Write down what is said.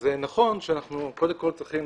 אז נכון שאנחנו, קודם כול, צריכים